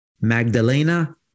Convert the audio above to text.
Magdalena